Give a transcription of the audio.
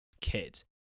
kid